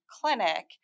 clinic